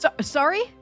Sorry